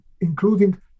including